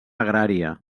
agrària